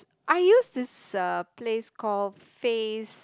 I use this uh place called fay's